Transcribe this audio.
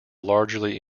largely